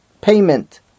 payment